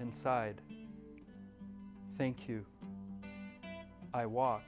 inside thank you i wa